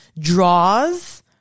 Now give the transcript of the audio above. draws